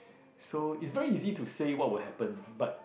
so it's very easy to say what will happen but